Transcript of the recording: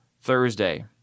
Thursday